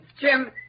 Jim